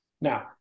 Now